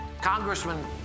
Congressman